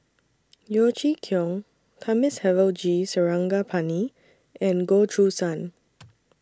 Yeo Chee Kiong Thamizhavel G Sarangapani and Goh Choo San